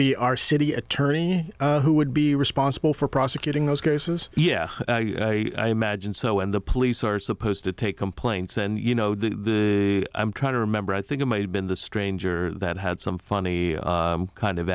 be our city attorney who would be responsible for prosecuting those cases yeah i magine so and the police are supposed to take complain and you know the i'm trying to remember i think it may have been the stranger that had some funny kind of